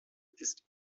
ist